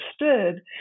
understood